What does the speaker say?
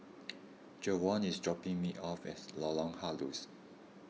Jevon is dropping me off at Lorong Halus